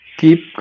keep